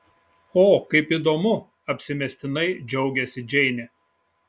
o kaip įdomu apsimestinai džiaugėsi džeinė